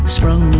Sprung